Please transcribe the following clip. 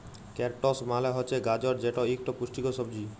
carrots মালে হছে গাজর যেট ইকট পুষ্টিকর সবজি